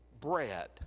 bread